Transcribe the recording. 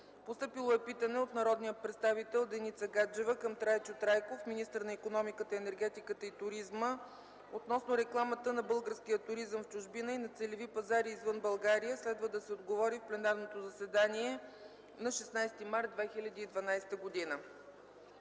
Постъпило е питане от народния представител Деница Гаджева към Трайчо Трайков, министър на икономиката, енергетиката и туризма, относно рекламата на българския туризъм в чужбина и на целеви пазари извън България. Следва да се отговори в пленарното заседание на 16 март 2012 г.